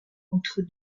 entre